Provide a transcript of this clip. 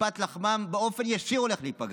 שפת לחמם באופן ישיר הולכת להיפגע,